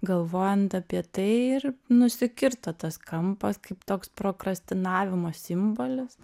galvojant apie tai ir nusikirto tas kampas kaip toks prokrastinavimo simbolis